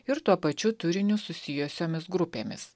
ir tuo pačiu turiniu susijusiomis grupėmis